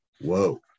Whoa